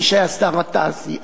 מי שהיה שר המסחר